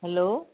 hello